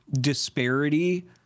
disparity